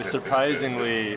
Surprisingly